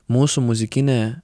mūsų muzikinė